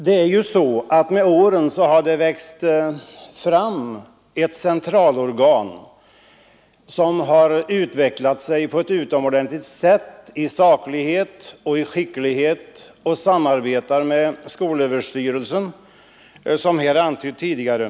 Med åren har det i CAN växt fram ett centralorgan, som har utvecklat sig på ett utomordentligt sätt i saklighet och i skicklighet. Det samarbetar med skolöverstyrelsen, som här antytts tidigare.